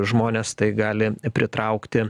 žmonės tai gali pritraukti